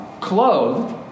clothed